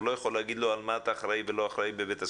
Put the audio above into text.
הוא לא יכול להגיד לו על מה אתה אחראי ולא אחראי בבית הספר.